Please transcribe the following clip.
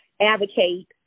advocate